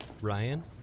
Ryan